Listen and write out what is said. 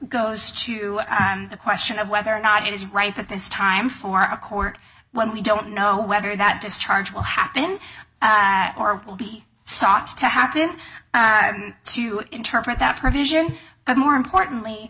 goes to the question of whether or not it is right at this time for a court when we don't know whether that discharge will happen or will be sought to happen to interpret that provision but more importantly